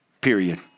Period